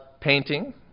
painting